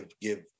give